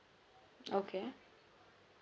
okay